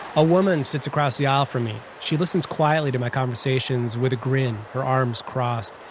a woman sits across the aisle from me. she listens quietly to my conversations with a grin, her arms crossed.